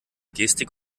gestik